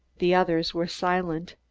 the others were silent,